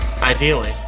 ideally